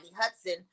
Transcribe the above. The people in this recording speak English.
Hudson